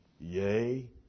Yea